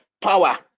power